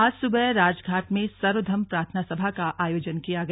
आज सुबह राजधाट में सर्वधर्म प्रार्थना सभा का आयोजन किया गया